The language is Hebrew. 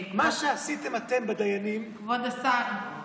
מה שאתם עשיתם בדיינים, כבוד השר,